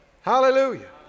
Hallelujah